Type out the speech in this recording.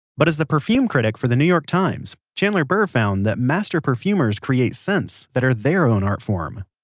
but as the perfume critic for the new york times, chandler burr found that master perfumers create scents that are their own art form